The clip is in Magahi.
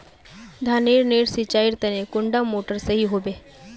धानेर नेर सिंचाईर तने कुंडा मोटर सही होबे?